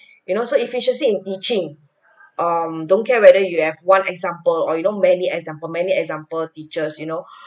you know so efficiency in teaching um don't care whether you have one example or you know many example many example teachers you know